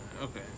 Okay